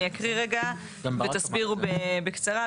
אני אקריא רקע ותסבירו בקצרה.